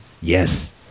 Yes